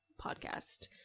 podcast